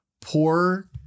poor